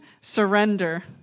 surrender